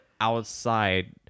outside